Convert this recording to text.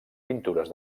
pintures